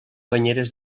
banyeres